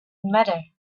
matter